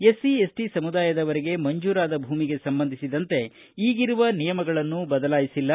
SC ST ಸಮುದಾಯದವರಿಗೆ ಮಂಜೂರಾದ ಭೂಮಿಗೆ ಸಂಬಂಧಿಸಿದಂತೆ ಈಗಿರುವ ನಿಯಮಗಳನ್ನು ಬದಲಾಯಿಸಿಲ್ಲ